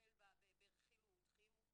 לטפל בה בדחילו ורחימו?